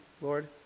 Lord